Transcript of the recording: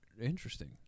interesting